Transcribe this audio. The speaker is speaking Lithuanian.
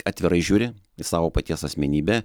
atvirai žiūri į savo paties asmenybę